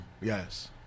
Yes